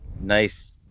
nice